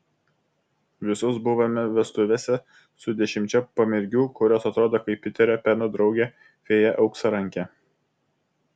visos buvome vestuvėse su dešimčia pamergių kurios atrodo kaip piterio peno draugė fėja auksarankė